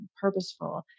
purposeful